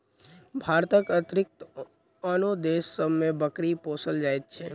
भारतक अतिरिक्त आनो देश सभ मे बकरी पोसल जाइत छै